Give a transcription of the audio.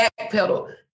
backpedal